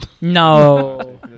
No